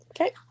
Okay